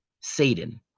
Satan